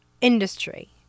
industry